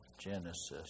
Genesis